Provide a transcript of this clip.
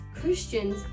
Christians